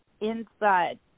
inside